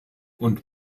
und